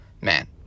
man